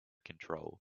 control